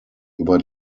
über